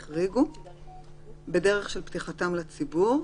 בדרך של פתיחתם לציבור,